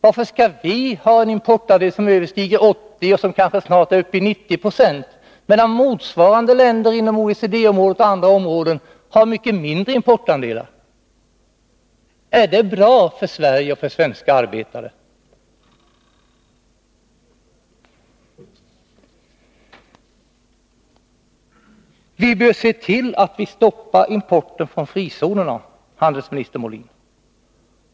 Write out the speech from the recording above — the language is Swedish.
Varför skall vi ha en importandel som överstiger 80 9 och snart kanske är uppe i 90 26, medan motsvarande länder inom OECD och andra områden har mycket mindre importandelar? Är det bra för Sverige och för svenska arbetare? Vi bör se till att vi stoppar importen från frizonerna, handelsminister Molin.